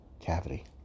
cavity